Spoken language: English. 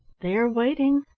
they are waiting,